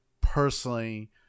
personally